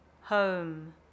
home